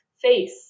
face